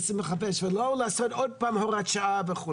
ולא לעשות עוד פעם הוראת שעה וכו'.